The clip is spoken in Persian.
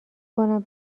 کنم